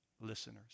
listeners